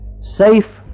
safe